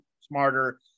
Smarter